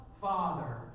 Father